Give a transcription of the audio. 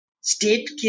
state